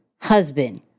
husband